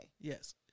yes